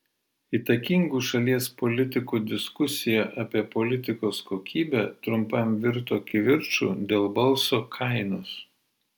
įtakingų šalies politikų diskusija apie politikos kokybę trumpam virto kivirču dėl balso kainos